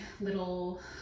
little